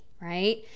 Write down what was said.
right